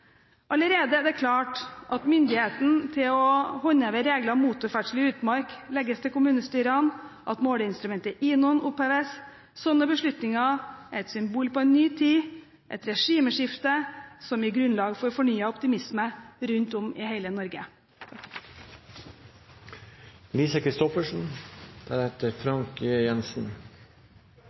Allerede er det klart at myndigheten til å håndheve regler om motorferdsel i utmark legges til kommunestyrene, at måleinstrumentet INON oppheves. Slike beslutninger er et symbol på ny tid, et regimeskifte som gir grunnlag for fornyet optimisme rundt om i hele Norge.